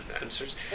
answers